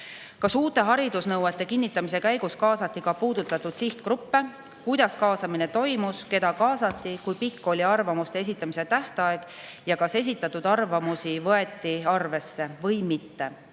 "Kas uute haridusnõuete kinnitamise käigus kaasati ka puudutatud sihtgruppe? Kuidas kaasamine toimus, keda kaasati, kui pikk oli arvamuste esitamise tähtaeg ja kas esitatud arvamusi võeti arvesse või mitte?"